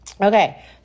Okay